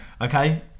Okay